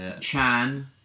Chan